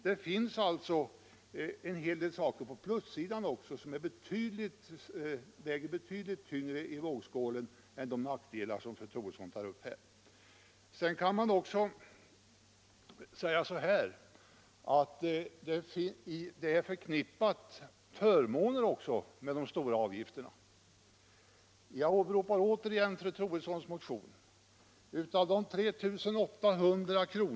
Det finns alltså en hel del på plussidan som väger betydligt = regler för egenavgiftyngre i vågskålen än de nackdelar som fru Troedsson tog upp. ter Det finns också förmåner förknippade med de stora avgifterna. Jag åberopar återigen moderaternas partimotion. Av de 3 800 kr.